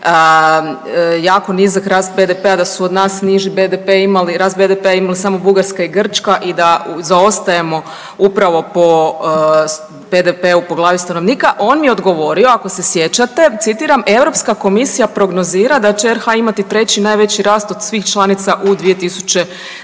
jako nizak rast BDP-a da su od nas niži BDP imali, rast BDP-a imali samo Bugarska i Grčka i da zaostajemo upravo po BDP-u po glavi stanovniku, on mi je odgovorio ako se sjećate, citiram, Europska komisija prognozira da će RH imati treći najveći rast od svih članica u 2021.g.,